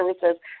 services